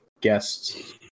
guests